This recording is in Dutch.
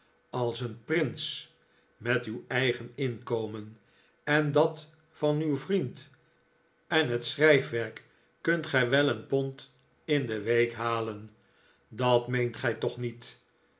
als een prins met uw eigen inkomen en dat van uw vriend en het schrijfwerk kunt gij wel een pond in de week halen dat meent gij toch niet